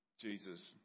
Jesus